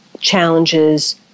challenges